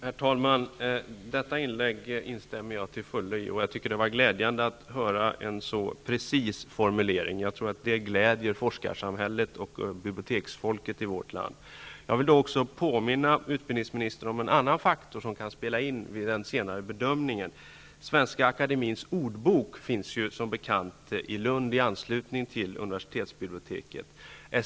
Herr talman! Jag instämmer till fullo i detta inlägg. Det är glädjande att höra en så precis formulering. Jag tror att det gläder forskarsamhället och biblioteksfolket i vårt land. Jag vill också påminna utbildningsministern om en annan faktor som kan spela in vid den senare bedömningen. Redaktionen för Svenska akademiens ordbok finns som bekant i Lund i anslutning till universitetsbiblioteket.